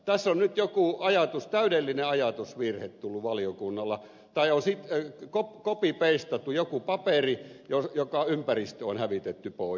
tässä on nyt joku täydellinen ajatusvirhe tullut valiokunnalla tai sitten on kopipeistattu joku paperi jonka ympäristö on hävitetty pois